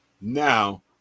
Now